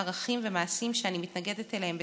ערכים ומעשים שאני מתנגדת להם בתוקף,